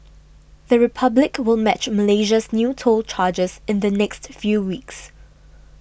the Republic will match Malaysia's new toll charges in the next few weeks